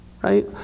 Right